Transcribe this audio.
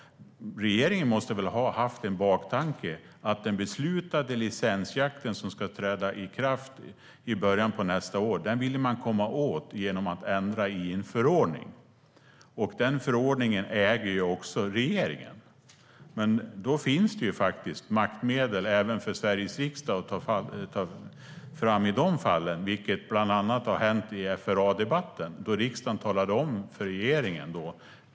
Regeringen måste väl ha haft en baktanke att komma åt den beslutade licensjakten, som ska träda i kraft i början av nästa år, genom att ändra i en förordning. Den förordningen äger också regeringen. Men det finns maktmedel även för Sveriges riksdag att ta fram i de fallen, vilket bland annat har hänt i FRA-debatten då riksdagen talade om för regeringen vad som gällde.